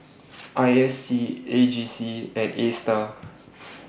I S D E J C and A STAR